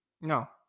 No